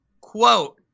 quote